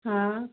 हां